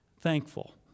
Thankful